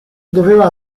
doveva